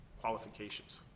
qualifications